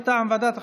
מטעם ועדת החוקה,